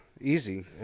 Easy